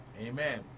Amen